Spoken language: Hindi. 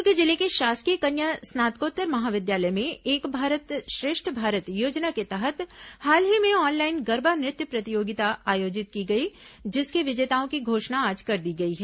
दुर्ग जिले के शासकीय कन्या स्नातकोत्तर महाविद्यालय में एक भारत श्रेष्ठ भारत योजना के तहत हाल ही में ऑनलाइन गरबा नृत्य प्रतियोगिता आायोजित की गई जिसके विजेताओं की घोषणा आज कर दी गई है